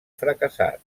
fracassat